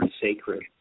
sacred